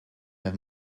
have